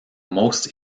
most